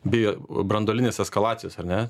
bijo branduolinės eskalacijos ar ne